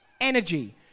energy